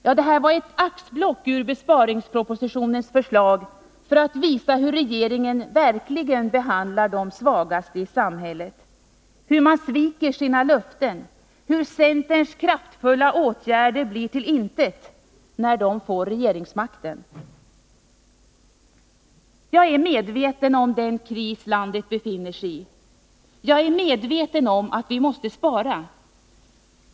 Ja, detta var ett axplock ur besparingspropositionens förslag, för att visa hur regeringen verkligen behandlar de svagaste i samhället, hur man sviker sina löften och hur centerns kraftfulla åtgärder blir till intet, när den får del av regeringsmakten. Jag är medveten om den kris landet befinner sig i. Jag är på det klara med att vi måste spara.